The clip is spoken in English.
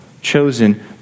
chosen